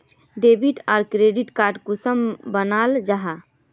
Debit आर credit card कुंसम बनाल जाहा?